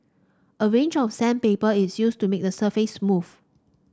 a range of sandpaper is used to make the surface smooth